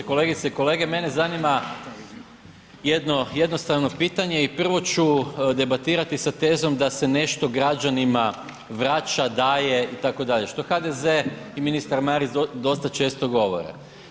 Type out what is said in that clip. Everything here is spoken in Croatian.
Kolegice i kolege mene zanima jedno jednostavno pitanje i prvo ću debatirati sa tezom da se nešto građanima vraća, daje itd. što HDZ i ministar Marić dosta često govore.